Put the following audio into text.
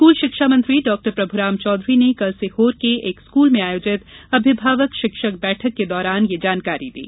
school शिक्षामंत्री doctor Prabhuram Chaudhary ने कल सीहोर के एक स्कूल में आयोजित अभिभावक शिक्षक बैठक के दौरान यह जानकारी दी